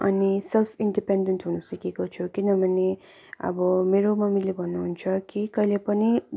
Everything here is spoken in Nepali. अनि सेल्फ इन्डिपेन्डेन्ट हुनु सिकेको छु किनभने अब मेरो मम्मीले भन्नुहुन्छ कि कहिले पनि